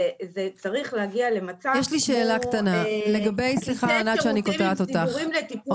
צריך להגיע למצב של כיסא שירותים עם סידורים לטיפול --- סליחה,